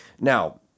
Now